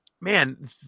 man